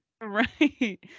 right